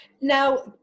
now